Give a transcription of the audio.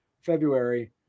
February –